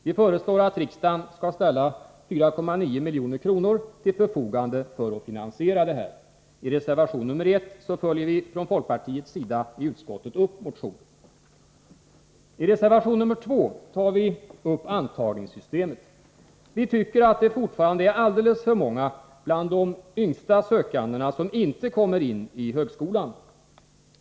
Vi föreslår att riksdagen skall I reservation nr 1 följer vi från folkpartiets sida i utskottet upp motionen. högskoleutbildning I reservation nr 2 tar vi upp antagningssystemet. Vi tycker att det M. fortfarande är alldeles för många bland de yngsta sökandena som inte kommer in på högskolan.